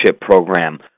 program